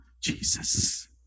Jesus